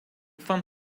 fund